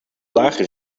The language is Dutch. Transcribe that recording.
lage